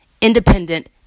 independent